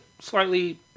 slightly